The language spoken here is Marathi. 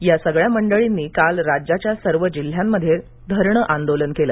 या सगळ्या मंडळींनी काल राज्याच्या सर्व जिल्ह्यांत धरणं आंदोलन केलं